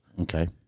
Okay